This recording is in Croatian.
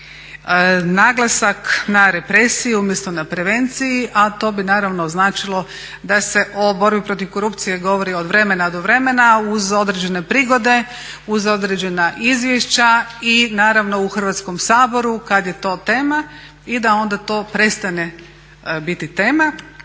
Naglasak na represiju umjesto na prevenciji, a to bi značilo da se o borbi protiv korupcije govori od vremena do vremena, uz određene prigode, uz određena izvješća i naravno u Hrvatskom saboru kad je to tema i da onda to prestane biti tema.